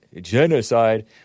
genocide